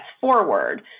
forward